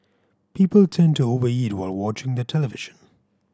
people tend to over eat while watching the television